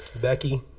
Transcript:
Becky